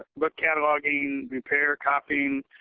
book cataloging, repair, copying,